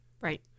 Right